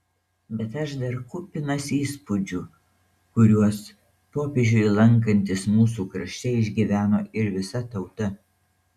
bet aš dar kupinas įspūdžių kuriuos popiežiui lankantis mūsų krašte išgyveno ir visa tauta